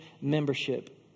membership